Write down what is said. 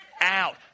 out